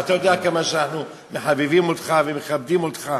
ואתה יודע כמה שאנחנו מחבבים אותך ומכבדים אותך.